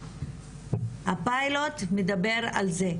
הפיילוט מדבר על זה,